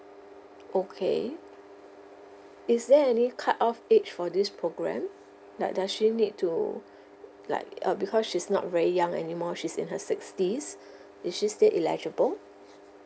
okay is there any cut off age for this programme like does she need to like uh because she's not very young anymore she's in her sixties is she still eligible